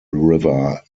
river